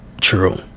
true